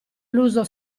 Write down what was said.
l’uso